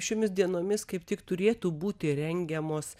šiomis dienomis kaip tik turėtų būti rengiamos